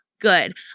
good